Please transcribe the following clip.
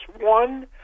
One